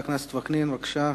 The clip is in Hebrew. חבר הכנסת יצחק וקנין, בבקשה.